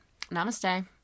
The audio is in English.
Namaste